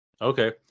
okay